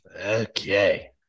Okay